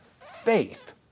faith